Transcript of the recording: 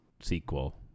sequel